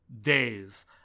days